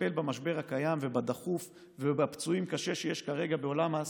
לטפל במשבר הקיים והדחוף ובפצועים קשה שיש כרגע בעולם העסקים,